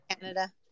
canada